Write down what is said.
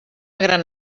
gran